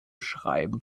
schreiben